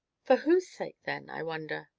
for whose sake then, i wonder?